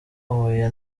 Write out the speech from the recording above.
huye